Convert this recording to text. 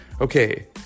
okay